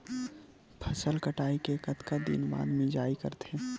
फसल कटाई के कतका दिन बाद मिजाई करथे?